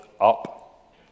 up